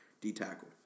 D-tackle